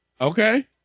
okay